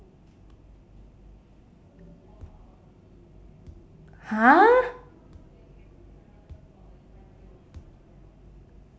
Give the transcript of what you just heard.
!huh!